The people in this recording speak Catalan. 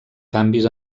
canvis